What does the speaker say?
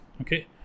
Okay